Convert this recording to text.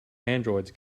androids